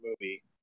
movie